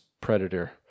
predator